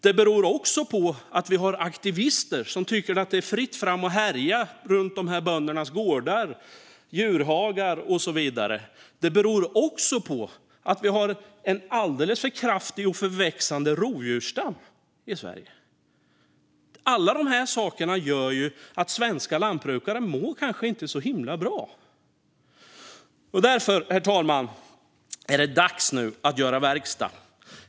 Det beror också på att det finns aktivister som tycker att det är fritt fram att härja runt böndernas gårdar, djurhagar och så vidare och på att vi har en alldeles för kraftig och växande rovdjursstam i Sverige. Alla dessa saker gör att svenska lantbrukare inte mår så himla bra. Därför, herr talman, är det nu dags för verkstad.